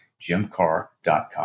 jimcar.com